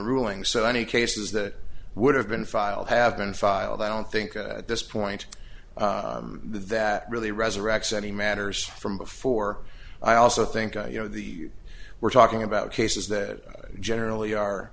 ruling so any cases that would have been filed have been filed i don't think at this point that really resurrects any matters from before i also think you know the we're talking about cases that generally are